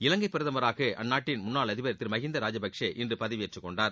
இலங்கை பிரதமராக அந்நாட்டு முன்னாள் அதிபர் திரு மகிந்தா ராஜபக்ஷே இன்று பதவியேற்றுக் கொண்டார்